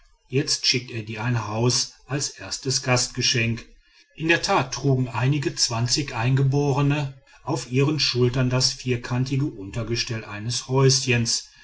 jetzt schickt er dir ein haus als erstes gastgeschenk in der tat trugen einige zwanzig eingeborene auf ihren schultern das vierkantige untergestell eines häuschens